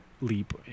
leap